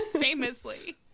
Famously